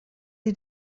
sie